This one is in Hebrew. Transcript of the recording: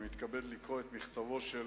אני מתכבד לקרוא את מכתבו של